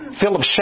Philip